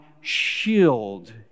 shield